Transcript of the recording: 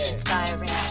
Inspiring